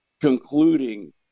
concluding